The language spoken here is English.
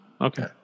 okay